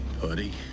Hoodie